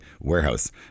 warehouse